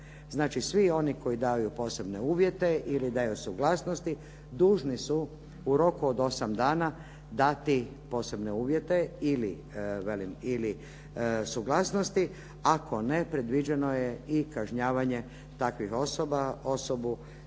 Znači, svi oni koji daju posebne uvjete ili daju suglasnosti dužni su u roku od osam dana dati posebne uvjete ili suglasnosti. Ako ne predviđeno je i kažnjavanje takvih osoba, osobu